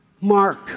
mark